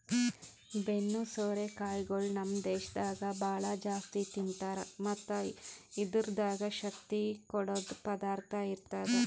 ಬೆನ್ನು ಸೋರೆ ಕಾಯಿಗೊಳ್ ನಮ್ ದೇಶದಾಗ್ ಭಾಳ ಜಾಸ್ತಿ ತಿಂತಾರ್ ಮತ್ತ್ ಇದುರ್ದಾಗ್ ಶಕ್ತಿ ಕೊಡದ್ ಪದಾರ್ಥ ಇರ್ತದ